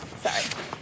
Sorry